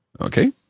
Okay